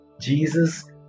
Jesus